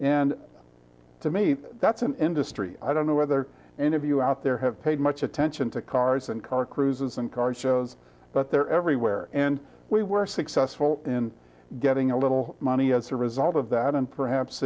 and to me that's an industry i don't know whether any of you out there have paid much attention to cars and car cruises and car shows but they're everywhere and we were successful in getting a little money as a result of that and perhaps